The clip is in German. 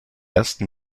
ersten